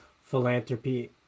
philanthropy